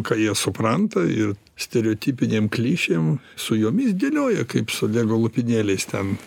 ką jie supranta ir stereotipinėm klišėm su jomis dėlioja kaip su lego lopinėliais ten